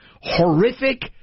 Horrific